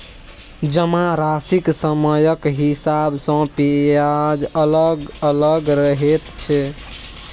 जमाराशिक समयक हिसाब सँ ब्याज अलग अलग रहैत छै